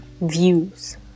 views